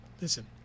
Listen